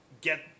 get